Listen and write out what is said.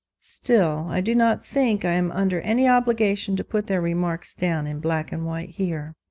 still i do not think i am under any obligation to put their remarks down in black and white here.